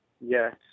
Yes